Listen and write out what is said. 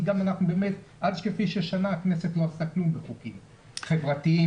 אל תשכחי ששנה הכנסת לא עשתה הרבה בחוקים חברתיים.